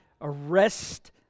arrest